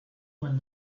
when